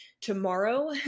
tomorrow